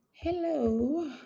Hello